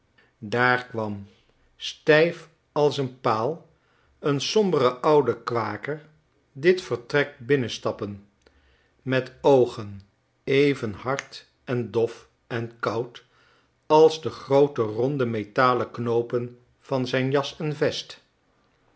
daar kwam stijf als een paal een sombere oude kwaker dit vertrek binnenstappen met oogen even hard en dof en koud als de groote ronde metalen knoopen van zijn jas en vest